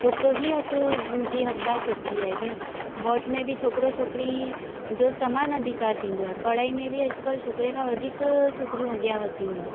ओतिरो ई हक़ जी हक़दार छोकिरी आहे जीअं वोट में बि छोकिरो छोकिरी जो समान अधिकार थींदो आहे पढ़ाई में बि अॼकल्ह छोकिरे खां वधीक छोकिरियूं अॻियां वधीयूं आहिनि